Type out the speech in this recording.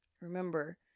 Remember